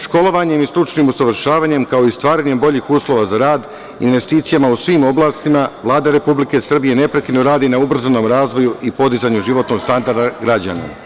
Školovanjem i stručnim usavršavanjem, kao i stvaranjem boljih uslova za rad, investicijama u svim oblastima, Vlada Republike Srbije neprekidno radi na ubrzanom razvoju i podizanju životnog standarda građana.